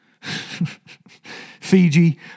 Fiji